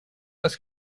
was